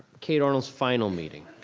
kate arnold's final meeting.